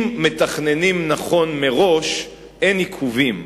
אם מתכננים נכון מראש, אין עיכובים.